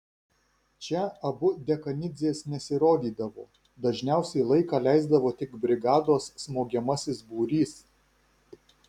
čia abu dekanidzės nesirodydavo dažniausiai laiką leisdavo tik brigados smogiamasis būrys